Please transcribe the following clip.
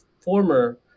former